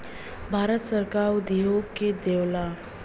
भारत सरकार उद्योग के देवऽला